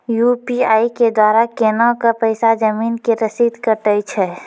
UPI के द्वारा केना कऽ पैसा जमीन के रसीद कटैय छै?